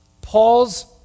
Paul's